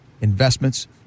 investments